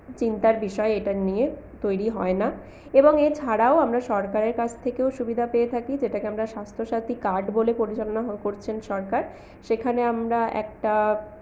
চিন্তার বিষয় এটা নিয়ে তৈরি হয় না এবং এছাড়াও আমরা সরকারের কাছ থেকেও সুবিধা পেয়ে থাকি যেটাকে আমরা স্বাস্থ্যসাথী কার্ড বলে পরিচালনা করছেন সরকার সেখানে আমরা একটা